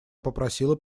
попросила